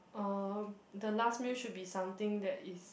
uh the last meal should be something that is